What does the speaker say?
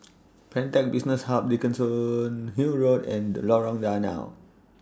Pantech Business Hub Dickenson Hill Road and Lorong Danau